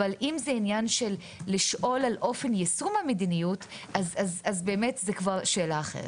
אבל אם זה עניין של לשאול על אופן יישום המדיניות אז זו כבר שאלה אחרת.